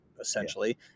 Essentially